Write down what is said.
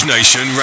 Nation